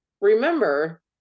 remember